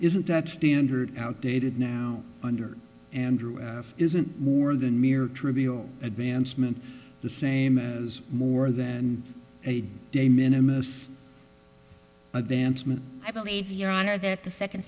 isn't that standard outdated now under andrew isn't more than mere trivial advancement the same as more than a de minimus advancement i believe your honor that the second